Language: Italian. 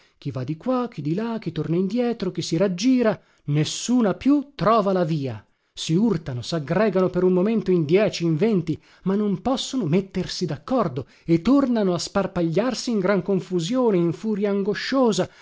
chi va di qua chi di là chi torna indietro chi si raggira nessuna più trova la via si urtano saggregano per un momento in dieci in venti ma non possono mettersi daccordo e tornano a sparpagliarsi in gran confusione in furia angosciosa